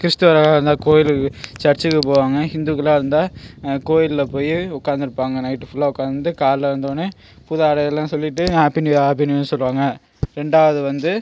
கிறிஸ்துவராக இருந்தால் கோவிலுக்கு சர்ச்சுக்கு போவாங்க ஹிந்துக்களா இருந்தால் கோவில்ல போய் உட்காந்துருப்பாங்க நைட்டு ஃபுல்லா உட்காந்து காலைல வந்தோன்னே புது ஆடையெல்லாம் சொல்லிட்டு happy new year happy new இயர்னு சொல்லுவாங்க ரெண்டாவது வந்து